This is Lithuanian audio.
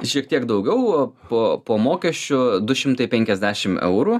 šiek tiek daugiau po po mokesčių du šimtai penkiasdešimt eurų